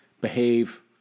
behave